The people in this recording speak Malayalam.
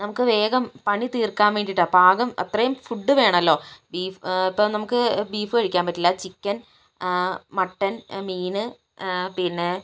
നമുക്ക് വേഗം പണി തീർക്കാൻ വേണ്ടിയിട്ടാണ് പാകം അത്രയും ഫുഡ് വേണമല്ലോ ഈ നമുക്ക് ബീഫ് കഴിക്കാൻ പറ്റില്ല ചിക്കൻ മട്ടൻ മീൻ പിന്നെ